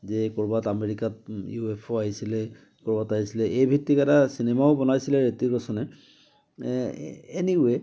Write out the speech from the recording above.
যে ক'ৰবাত আমেৰিকাত ইউ এফ অ' আহিছিলে ক'ৰবাত আহিছিলে এই ভিত্তিক এটা চিনেমাও বনাইছিলে হৃত্বিক ৰৌচনে এনি ৱে